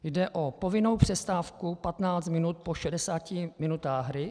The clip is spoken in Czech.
Jde o povinnou přestávku 15 minut po 60 minutách hry.